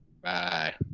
Bye